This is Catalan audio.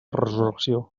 resurrecció